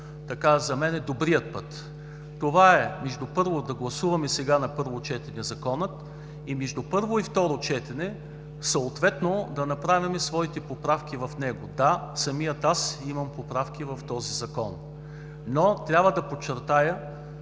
приемливият и добрият път, това е да гласуваме сега на първо четене Закона и между първо и второ четене съответно да направим своите поправки в него. Да, самият аз имам поправки в този Закон. Трябва да подчертая,